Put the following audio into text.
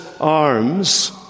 arms